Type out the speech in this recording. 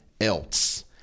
else